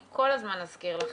אני כל הזמן אזכיר לכם.